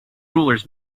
rulers